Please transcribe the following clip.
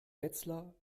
wetzlar